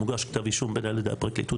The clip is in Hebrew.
מוגש כתב אישום בין אם על ידי הפרקליטות,